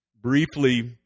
Briefly